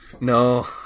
No